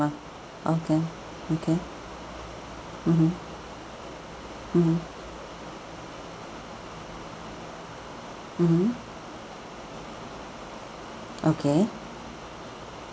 okay okay mmhmm mmhmm mmhmm okay